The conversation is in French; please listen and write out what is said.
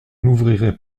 n’ouvrirai